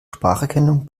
spracherkennung